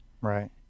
Right